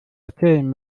erzählen